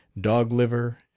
dog-liver